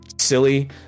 silly